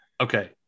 okay